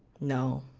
no,